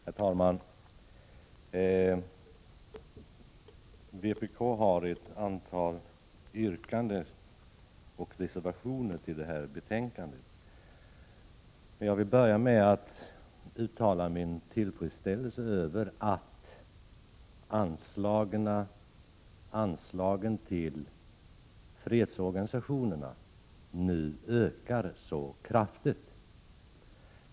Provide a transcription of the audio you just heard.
Herr talman! Vpk har fogat ett antal reservationer och ett särskilt yttrande till detta betänkande. Men jag vill börja med att uttala min tillfredsställelse över att anslagen till fredsorganisationerna nu ökar så kraftigt.